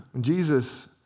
Jesus